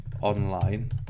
online